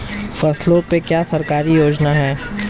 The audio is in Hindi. फसलों पे क्या सरकारी योजना है?